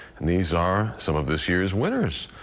and these are some of this year's winners.